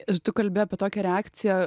ir tu kalbi apie tokią reakciją